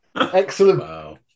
excellent